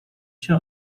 się